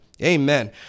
Amen